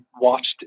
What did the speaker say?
watched